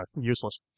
useless